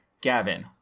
Gavin